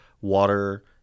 water